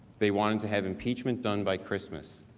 they wanted to have impeachment done by christmas,